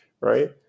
right